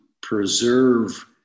preserve